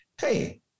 hey